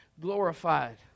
glorified